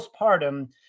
postpartum